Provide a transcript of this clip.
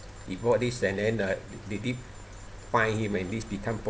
he bought this and then uh they did fine him and this become